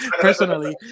personally